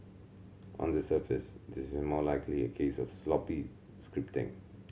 on the surface this is most likely a case of sloppy scripting